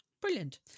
Brilliant